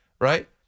right